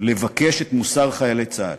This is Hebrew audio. לבקש את מוסר חיילי צה"ל.